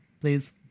please